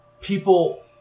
people